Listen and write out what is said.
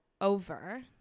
over